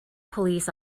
police